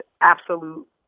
absolute